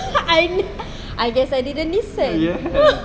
I kno~ I guess I didn't listen